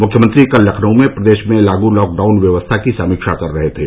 मुख्यमंत्री कल लखनऊ में प्रदेश में लागू लॉकडाउन व्यवस्था की समीक्षा कर रहे थे